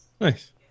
nice